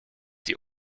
die